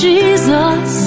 Jesus